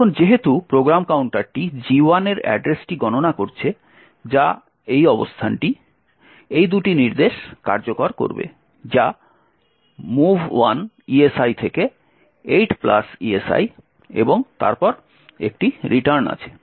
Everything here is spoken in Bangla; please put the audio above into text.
এখন যেহেতু প্রোগ্রাম কাউন্টারটি G1 এর অ্যাড্রেসটি গণনা করছে যা এই অবস্থানটি এই দুটি নির্দেশ কার্যকর করবে যা movl esi থেকে 8esi এবং তারপর একটি রিটার্ন আছে